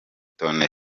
toni